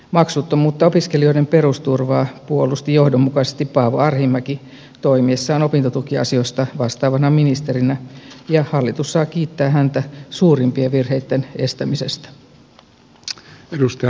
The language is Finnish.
maksuttomuutta ja opiskelijoiden perusturvaa puolusti johdonmukaisesti paavo arhinmäki toimiessaan opintotukiasioista vastaavana ministerinä ja hallitus saa kiittää häntä suurimpien virheitten estämisestä